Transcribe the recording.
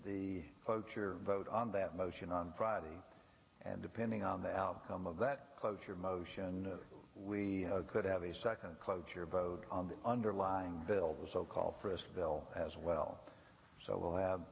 poacher vote on that motion on friday and depending on the outcome of that cloture motion we could have a second cloture vote on the underlying bill the so called frist bill as well so we'll have